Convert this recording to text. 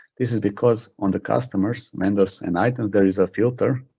this is because on the customers, vendors and items, there is a filter,